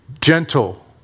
gentle